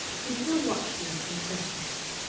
he still watched her and questioned her.